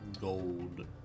gold